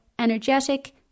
Energetic